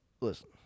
listen